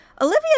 Olivia